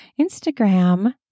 Instagram